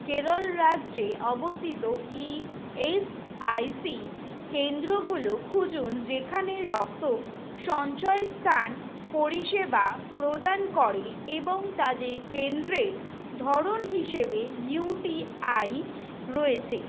কেরল রাজ্যে অবস্থিত ইএসআইসি কেন্দ্রগুলো খুঁজুন যেগুলো রক্ত সঞ্চয় স্থান পরিষেবা প্রদান করে এবং তাদের কেন্দ্রের ধরন হিসেবে ইউটিআই রয়েছে